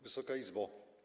Wysoka Izbo!